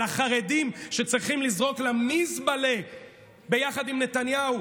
על החרדים שצריכים לזרוק למזבלה ביחד עם נתניהו,